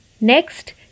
Next